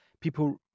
people